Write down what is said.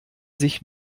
sich